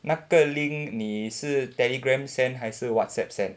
那个 link 你是 Telegram send 还是 Whatsapp send